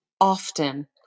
often